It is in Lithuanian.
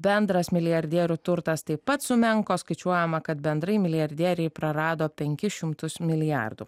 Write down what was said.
bendras milijardierių turtas taip pat sumenko skaičiuojama kad bendrai milijardieriai prarado penkis šimtus milijardų